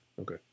Okay